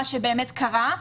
מה שבאמת קרה.